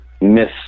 miss